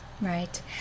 Right